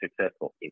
successful